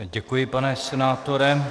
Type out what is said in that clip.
Děkuji, pane senátore.